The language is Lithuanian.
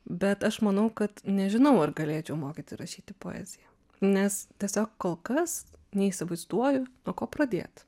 bet aš manau kad nežinau ar galėčiau mokyti rašyti poeziją nes tiesiog kol kas neįsivaizduoju nuo ko pradėt